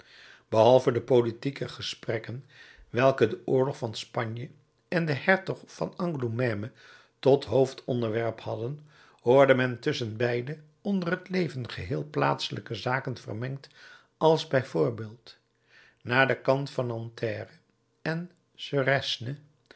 behalve de politieke gesprekken welke den oorlog van spanje en den hertog van angoulême tot hoofdonderwerp hadden hoorde men tusschenbeide onder het leven geheel plaatselijke zaken vermengd als b v naar den kant van nanterre en suresne